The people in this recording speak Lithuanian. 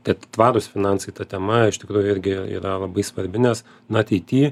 tie tvarūs finansai ta tema iš tikrųjų irgi yra labai svarbi nes na ateity